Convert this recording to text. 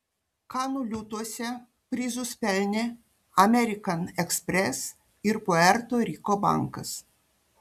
kanų liūtuose prizus pelnė amerikan ekspres ir puerto riko bankas